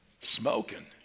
Smoking